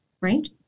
right